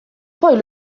poi